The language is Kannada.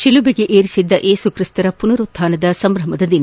ಶಿಲುಬೆಗೆ ಏರಿಸಿದ್ದ ಏಸುಕ್ತಿಸ್ತರ ಪುನರುತ್ನಾನದ ಸಂಭ್ರಮದ ದಿನ